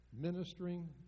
Ministering